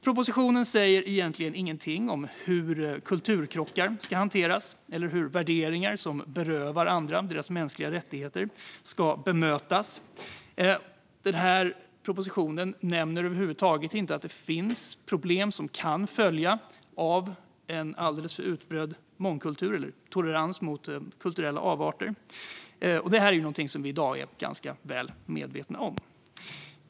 Propositionen säger egentligen ingenting om hur kulturkrockar ska hanteras eller hur värderingar som berövar andra deras mänskliga rättigheter ska bemötas. Propositionen nämner över huvud taget inte att det finns problem som kan följa av en alldeles för utbredd mångkultur eller tolerans för kulturella avarter, vilket är någonting som vi i dag är ganska väl medvetna om.